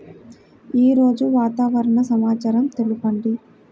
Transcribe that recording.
ఈరోజు వాతావరణ సమాచారం తెలుపండి